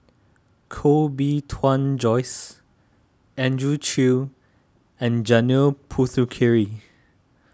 Koh Bee Tuan Joyce Andrew Chew and Janil Puthucheary